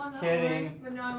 Kidding